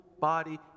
body